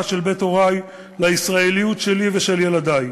של בית הורי לישראליות שלי ושל ילדי,